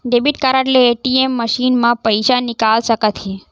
debit card ले ATM machine म पइसा निकाल सकत हे